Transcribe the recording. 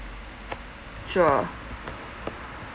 sure